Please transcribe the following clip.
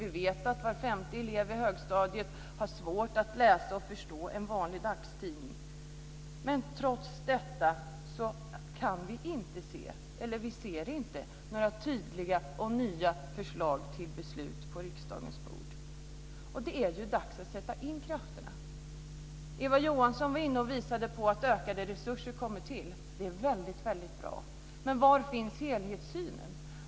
Vi vet dessutom att var femte elev på högstadiet har svårt att läsa och förstå en vanlig dagstidning. Trots detta ser vi inte på riksdagens bord några tydliga och nya förslag till beslut. Det är dags att sätta in krafter! Eva Johansson visade på att ökade resurser kommer till och det är väldigt bra. Men var finns helhetssynen?